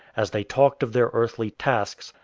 as they talked of their earthly tasks,